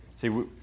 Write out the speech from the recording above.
See